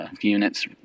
units